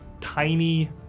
tiny